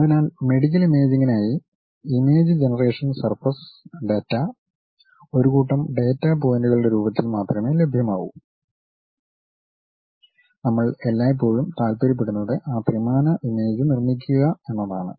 അതിനാൽ മെഡിക്കൽ ഇമേജിംഗിനായി image generation surface data ഒരു കൂട്ടം ഡാറ്റാ പോയിന്റുകളുടെ രൂപത്തിൽ മാത്രമേ ലഭ്യമാകൂ നമ്മൾ എല്ലായ്പ്പോഴും താൽപ്പര്യപ്പെടുന്നത് ആ ത്രിമാന ഇമേജ് നിർമ്മിക്കുക എന്നതാണ്